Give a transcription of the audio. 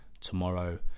tomorrow